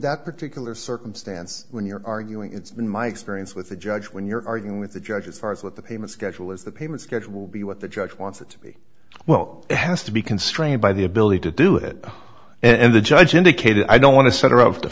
that particular circumstance when you're arguing it's been my experience with the judge when you're arguing with the judge as far as what the payment schedule is the payment schedule will be what the judge wants it to be well it has to be constrained by the ability to do it and the judge indicated i don't want to